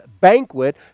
banquet